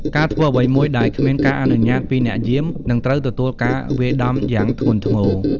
ការធ្វើអ្វីមួយដែលគ្មានការអនុញ្ញាតពីអ្នកយាម នឹងត្រូវទទួលការវាយដំយ៉ាងធ្ងន់ធ្ងរ។